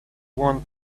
want